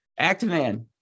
Actman